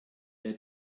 der